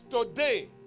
today